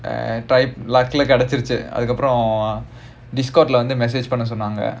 try luck lah கிடைச்சிடுச்சி அதுக்கு அப்புறம்:kidaichiduchi athukku appuram discord message பண்ண சொன்னாங்க:panna sonaanga